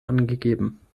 angegeben